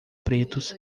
pretos